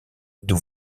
d’où